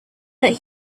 that